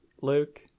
luke